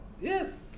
yes